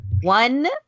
one